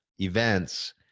events